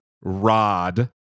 Rod